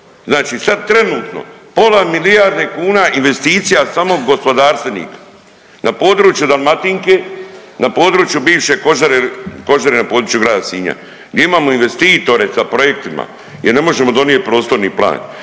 znači sad trenutno pola milijarde kuna investicija samo gospodarstvenika na području Dalmatinke, na području bivše kožare na području Grada Sinja. Mi imamo investitore sa projektima jer ne možemo donijet prostorni plan.